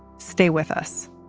stay with us